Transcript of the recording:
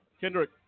Kendrick